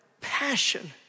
passion